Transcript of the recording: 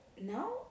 No